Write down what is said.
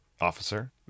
officer